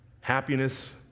happiness